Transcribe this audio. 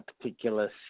particular